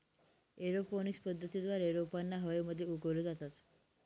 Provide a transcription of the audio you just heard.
aeroponics पद्धतीद्वारे रोपांना हवेमध्ये उगवले जाते